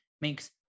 makes